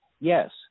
yes